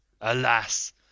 alas